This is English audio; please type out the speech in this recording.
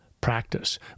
practice